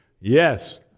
Yes